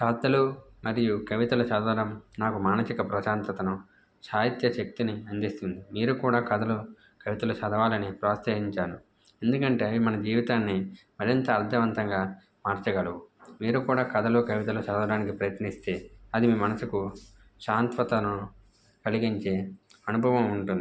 కథలు మరియు కవితల చదవడం నాకు మానసిక ప్రశాంతతను చాహిత్య శక్తిని అందిస్తుంది మీరు కూడా కథలు కవితలు చదవాలని ప్రోత్సహించాను ఎందుకంటే అవి మన జీవితాన్ని మరింత అర్థవంతంగా మార్చగలవు మీరు కూడా కథలు కవితలు చదవడానికి ప్రయత్నిస్తే అది మీ మనసుకు స్వాంతనను కలిగించే అనుభవం ఉంటుంది